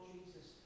Jesus